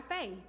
faith